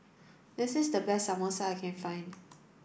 this is the best Samosa that I can find